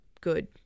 good